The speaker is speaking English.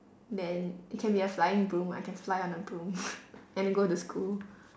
then it can be a flying broom I can fly on the broom then go to school